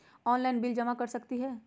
Online bill जमा कर सकती ह?